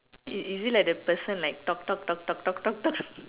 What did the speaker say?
is is it like the person like talk talk talk talk talk talk talk